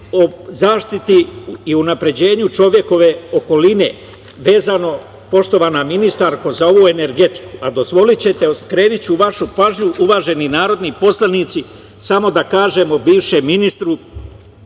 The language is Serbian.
zaštiti i unapređenju čovekove okoline, vezano, poštovana ministarko, za ovu energetiku. Dozvoliće te, skrenuću vašu pažnju, uvaženi narodni poslanici, samo da kažem o bivšem ministru,